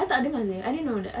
I tak dengar seh I didn't know that